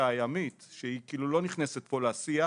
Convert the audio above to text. הימית שהיא כאילו לא נכנסת פה לשיח,